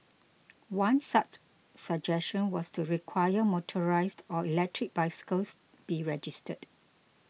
one such suggestion was to require motorised or electric bicycles be registered